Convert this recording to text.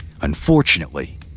Unfortunately